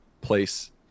place